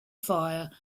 fire